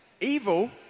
Evil